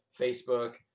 Facebook